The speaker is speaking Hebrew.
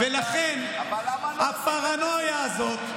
ולכן הפרנויה הזאת,